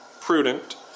prudent